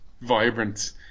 vibrant